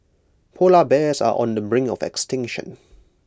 Polar Bears are on the brink of extinction